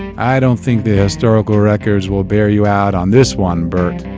i don't think the historical records will bear you out on this one, bert.